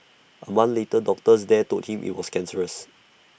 A month later doctors there told him IT was cancerous